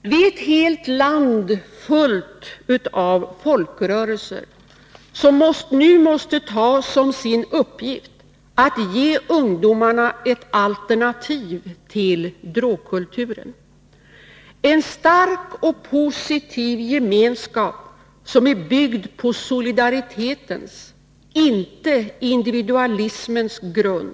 Vi är ett helt land fullt av folkrörelser, som nu måste ta som sin uppgift att ge ungdomarna ett alternativ till drogkulturen i en stark och positiv gemenskap som är byggd på solidaritetens, inte individualismens, grund.